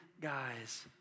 guys